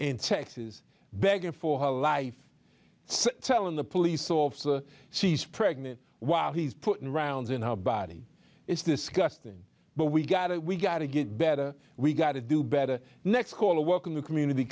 in texas begging for her life telling the police officer she's pregnant while he's putting rounds in her body is this gusting but we got it we gotta get better we gotta do better next call a work in the community